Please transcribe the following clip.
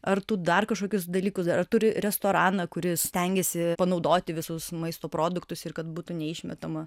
ar tu dar kažkokius dalykus turi restoraną kuris stengiasi panaudoti visus maisto produktus ir kad būtų ne išmetama